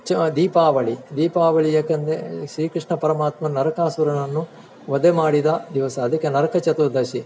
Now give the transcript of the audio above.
ಚ ದೀಪಾವಳಿ ದೀಪಾವಳಿ ಯಾಕಂದರೆ ಶ್ರೀ ಕೃಷ್ಣ ಪರಮಾತ್ಮನು ನರಕಾಸುರನನ್ನು ವಧೆ ಮಾಡಿದ ದಿವಸ ಅದಕ್ಕೆ ನರಕ ಚತುರ್ದಶಿ